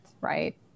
right